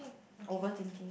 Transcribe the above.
overthinking